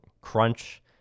crunch